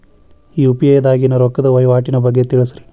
UPI ದಾಗಿನ ರೊಕ್ಕದ ವಹಿವಾಟಿನ ಬಗ್ಗೆ ತಿಳಸ್ರಿ